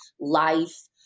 life